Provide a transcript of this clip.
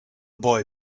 boy